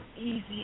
easy